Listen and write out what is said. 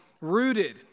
Rooted